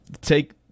take